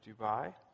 Dubai